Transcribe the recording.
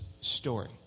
story